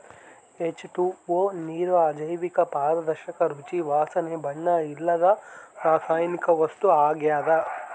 H two O ನೀರು ಅಜೈವಿಕ ಪಾರದರ್ಶಕ ರುಚಿ ವಾಸನೆ ಬಣ್ಣ ಇಲ್ಲದ ರಾಸಾಯನಿಕ ವಸ್ತು ಆಗ್ಯದ